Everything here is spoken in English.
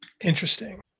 interesting